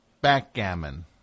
Backgammon